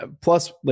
Plus